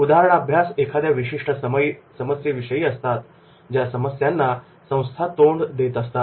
उदाहरणाभ्यास एखाद्या विशिष्ट समस्येविषयी असतात ज्या समस्यांना संस्था तोंड देत असतात